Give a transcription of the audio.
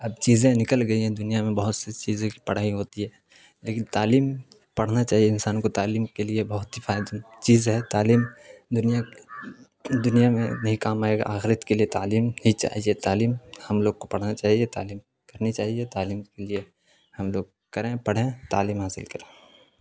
اب چیزیں نکل گئی ہیں دنیا میں بہت سی چیزوں کی پڑھائی ہوتی ہے لیکن تعلیم پڑھنا چاہیے انسان کو تعلیم کے لیے بہت ہی فائدہ چیز ہے تعلیم دنیا دنیا میں نہیں کام آئے گا آخرت کے لیے تعلیم ہی چاہیے تعلیم ہم لوگ کو پڑھنا چاہیے تعلیم کرنی چاہیے تعلیم کے لیے ہم لوگ کریں پڑھیں تعلیم حاصل کریں